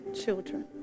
children